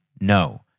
No